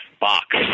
box